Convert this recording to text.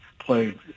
played